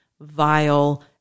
vile